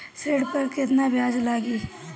ऋण पर केतना ब्याज लगी?